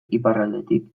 iparraldetik